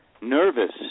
nervous